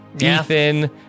Ethan